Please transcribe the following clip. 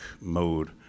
mode